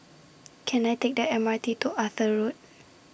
Can I Take The M R T to Arthur Road